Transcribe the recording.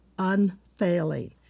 unfailing